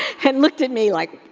and looked at me like